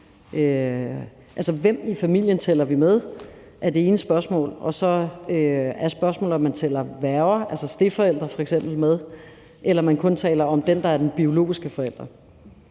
hvem i familien tæller vi med, er det ene spørgsmål, og så er der spørgsmålet om, om man tæller værger, altså f.eks. stedforældre, med, eller om man kun taler om den, der er den biologiske forælder.